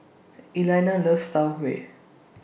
Elaina loves Tau Huay